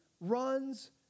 runs